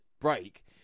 break